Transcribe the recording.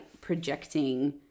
projecting